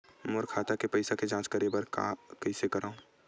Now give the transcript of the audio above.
मोर खाता के पईसा के जांच करे बर हे, कइसे करंव?